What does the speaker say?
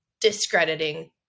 discrediting